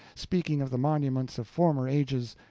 speaking of the monuments of former ages,